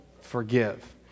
forgive